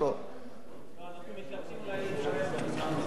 לא, אנחנו מתלבטים, אוקיי, בבקשה.